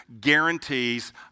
guarantees